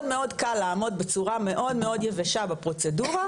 מאוד מאוד קל לעמוד בצורה מאוד מאוד ישיבה בפרוצדורה,